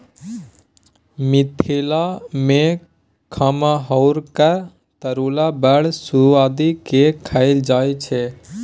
मिथिला मे खमहाउरक तरुआ बड़ सुआदि केँ खाएल जाइ छै